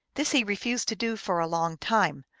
this he refused to do for a long time,